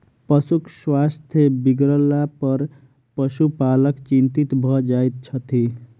पशुक स्वास्थ्य बिगड़लापर पशुपालक चिंतित भ जाइत छथि